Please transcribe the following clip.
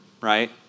right